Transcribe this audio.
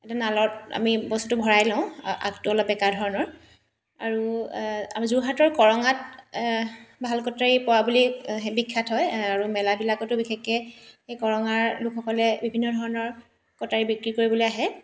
এটা নালত আমি বস্তুটো ভৰাই লওঁ আগটো অলপ বেকা ধৰণৰ আৰু আমি যোৰহাটৰ কৰঙাত ভাল কটাৰী পোৱা বুলি বিখ্যাত হয় আৰু মেলাবিলাকতো বিশেষকৈ এই কৰঙাৰ লোকসকলে বিভিন্ন ধৰণৰ কটাৰী বিক্ৰী কৰিবলৈ আহে